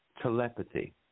Telepathy